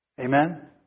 Amen